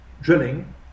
drilling